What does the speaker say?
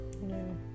No